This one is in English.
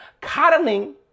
coddling